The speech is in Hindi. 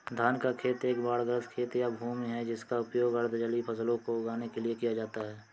धान का खेत एक बाढ़ग्रस्त खेत या भूमि है जिसका उपयोग अर्ध जलीय फसलों को उगाने के लिए किया जाता है